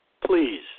Please